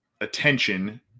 Attention